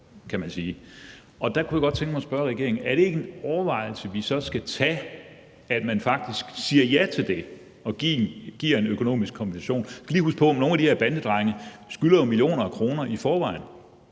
kan man sige. Og der kunne jeg godt tænke mig at spørge regeringen: Er det ikke en overvejelse, vi så skal gøre os, altså faktisk at sige ja til det og give en økonomisk kompensation? Vi skal lige huske på, at nogle af de her bandedrenge jo skylder millioner af kroner i forvejen,